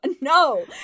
No